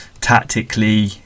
tactically